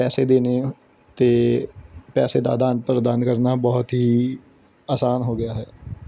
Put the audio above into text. ਪੈਸੇ ਦੇਣੇ ਅਤੇ ਪੈਸੇ ਦਾ ਅਦਾਨ ਪ੍ਰਦਾਨ ਕਰਨਾ ਬਹੁਤ ਹੀ ਆਸਾਨ ਹੋ ਗਿਆ ਹੈ